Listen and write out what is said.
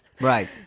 Right